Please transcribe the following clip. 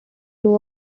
two